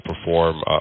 perform